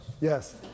Yes